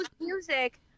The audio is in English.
music